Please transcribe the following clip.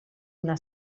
una